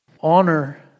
Honor